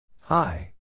Hi